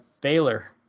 baylor